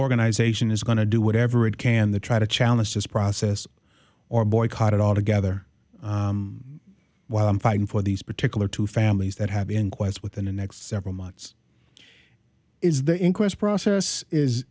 organization is going to do whatever it can the try to challenge this process or boycott it altogether while i'm fighting for these particular two families that have inquest within the next several months is the inquest process is